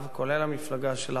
כולל המפלגה שלך,